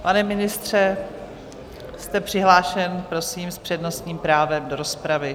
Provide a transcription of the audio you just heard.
Pane ministře, jste přihlášen, prosím, s přednostním právem do rozpravy.